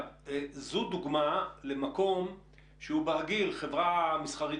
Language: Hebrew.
זו דוגמה למקום שהוא ברגיל חברה מסחרית